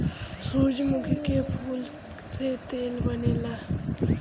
सूरजमुखी के फूल से तेल बनेला